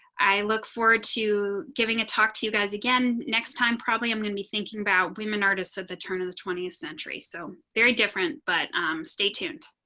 i look forward to giving a talk to you guys again next time, probably. i'm going to be thinking about women artists at the turn of the twentieth century, so very different, but stay tuned.